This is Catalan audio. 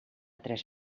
tres